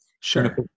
Sure